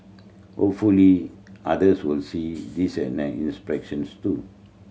hopefully others will see this an inspections too